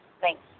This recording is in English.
Thanks